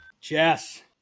Jess